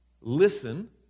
Listen